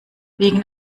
wegen